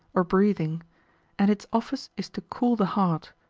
or breathing and its office is to cool the heart,